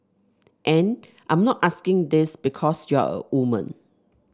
and I'm not asking this because you're a woman